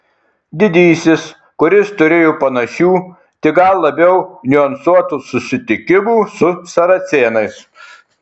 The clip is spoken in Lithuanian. didysis kuris turėjo panašių tik gal labiau niuansuotų susitikimų su saracėnais